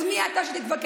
אז מי אתה שתתווכח?